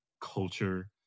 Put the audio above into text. culture